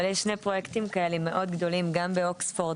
אבל יש שני פרויקטים כאלה מאוד גדולים גם באוקספורד